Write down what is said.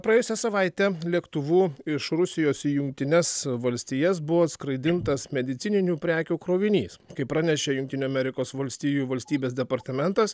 praėjusią savaitę lėktuvu iš rusijos į jungtines valstijas buvo atskraidintas medicininių prekių krovinys kaip pranešė jungtinių amerikos valstijų valstybės departamentas